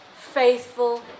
faithful